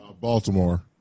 Baltimore